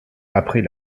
après